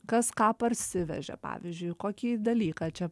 kas ką parsivežė pavyzdžiui kokį dalyką čia